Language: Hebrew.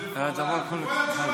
כל התשובות נכונות.